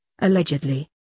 allegedly